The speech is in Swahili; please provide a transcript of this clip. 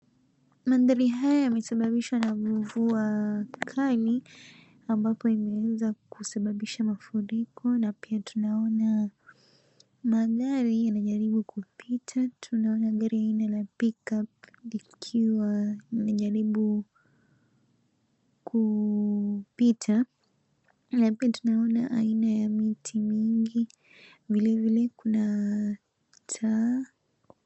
Mandhari haya yamesababishwa na mvua kali ambapo imeweza kusababisha mafuriko na pia tunaona magari yanajaribu kupita, tunaona gari aina la pick up likiwa linajaribu kupita na pia tunaona aina ya miti mingi, vilevile kuna taa.